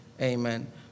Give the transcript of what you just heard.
Amen